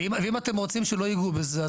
ואם אתם רוצים שלא יגעו בזה,